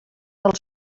del